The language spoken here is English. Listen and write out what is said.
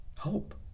Hope